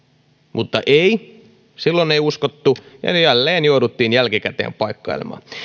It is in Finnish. mutta ei silloin ei uskottu ja jälleen jouduttiin jälkikäteen paikkailemaan